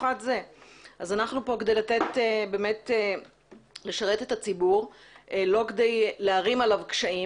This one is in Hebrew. אנחנו כאן כדי לשרת את ציבור ולא כדי להערים עליו קשיים.